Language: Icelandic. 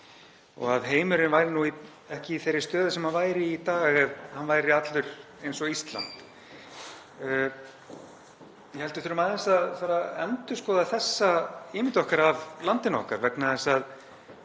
og að heimurinn væri nú ekki í þeirri stöðu sem hann er í dag ef hann væri allur eins og Ísland. Ég held við þurfum aðeins að fara að endurskoða þessa ímynd okkar af landinu okkar vegna þess að